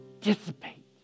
dissipate